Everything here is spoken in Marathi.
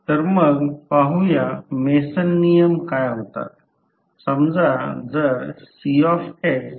आता येथे i 1 t हे करंट सोर्स आहे आधीचे व्होल्टेज येथे v 2 असे मोजले जाते